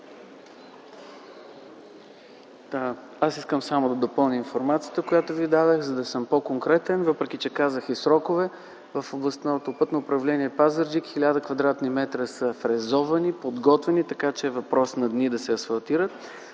Аз искам само да допълня информацията, която Ви дадох, за да съм по-конкретен, въпреки че казах и срокове. В Областното пътно управление – Пазарджик, 1000 кв. м са фрезовани, подготвени, така че е въпрос на дни да се асфалтират.